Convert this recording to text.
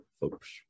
folks